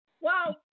wow